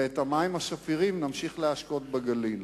ובמים השפירים נמשיך להשקות בגליל,